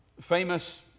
famous